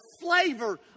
flavor